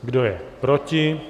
Kdo je proti?